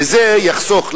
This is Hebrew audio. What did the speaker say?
וזה יחסוך,